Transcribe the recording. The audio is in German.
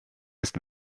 ist